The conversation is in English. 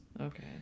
Okay